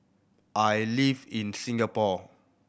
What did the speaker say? I live in Singapore